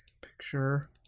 picture